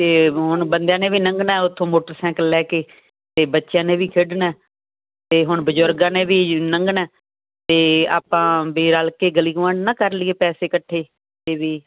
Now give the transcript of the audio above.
ਤੇ ਹੁਣ ਬੰਦਿਆਂ ਨੇ ਵੀ ਲੰਘਣਾ ਉਥੋਂ ਮੋਟਰਸਾਈਕਲ ਲੈ ਕੇ ਤੇ ਬੱਚਿਆਂ ਨੇ ਵੀ ਖੇਡਣਾ ਤੇ ਹੁਣ ਬਜ਼ੁਰਗਾਂ ਨੇ ਵੀ ਲੰਘਣਾ ਤੇ ਆਪਾਂ ਵੀ ਰਲ ਕੇ ਗਲੀ ਆਨ ਨਾ ਕਰ ਲਈਏ ਪੈਸੇ ਇਕੱਠੇ ਤੇ ਵੀ